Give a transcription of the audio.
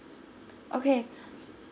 okay